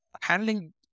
handling